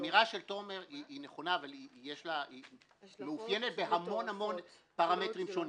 האמירה של תומר היא נכונה והיא מאופיינת בהמון הון פרמטרים שונים.